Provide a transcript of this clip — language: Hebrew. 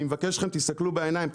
אני מבקש מכם תסתכלו בעיניים,